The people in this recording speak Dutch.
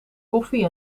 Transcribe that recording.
koffie